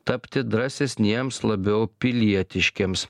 tapti drąsesniems labiau pilietiškiems